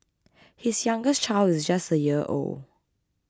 his youngest child is just a year old